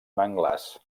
manglars